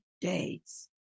days